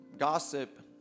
Gossip